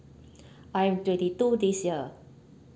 I am twenty two this year